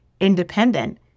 independent